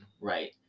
right